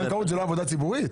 בנקאות זו לא עבודה ציבורית?